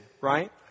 right